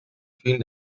vielen